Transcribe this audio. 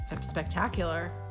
spectacular